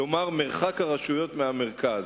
כלומר מרחק הרשויות מהמרכז.